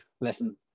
Listen